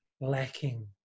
lacking